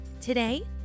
Today